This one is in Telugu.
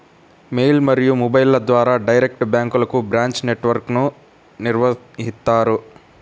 మెయిల్ మరియు మొబైల్ల ద్వారా డైరెక్ట్ బ్యాంక్లకు బ్రాంచ్ నెట్ వర్క్ను నిర్వహిత్తారు